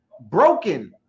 broken